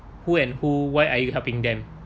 who and who why are you helping them